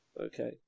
Okay